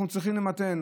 אנחנו צריכים למתן.